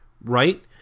right